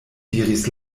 diris